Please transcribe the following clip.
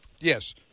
Yes